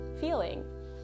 feeling